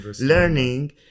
learning